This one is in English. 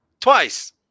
Twice